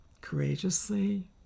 courageously